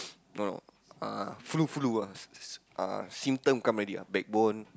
no no uh flu flu ah uh symptom come already ah back bone